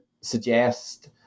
suggest